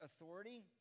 authority